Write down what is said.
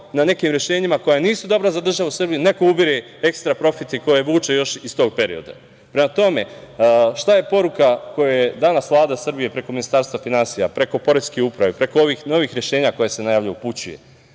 na nekim rešenjima koja nisu dobra za državu Srbiju neko ubira ekstra profit koji vuče još iz tog perioda. Prema tome, šta je poruka koju je danas Vlada Srbije preko Ministarstva finansija, preko Poreske uprave, preko ovih novih rešenja koja se najavljuju upućuje?